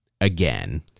again